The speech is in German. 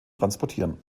transportieren